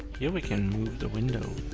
here we can move the window,